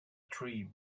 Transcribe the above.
tree